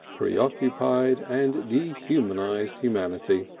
preoccupied and dehumanised humanity.